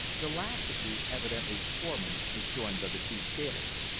the last of these, evidently the foreman, was joined by the two scalers.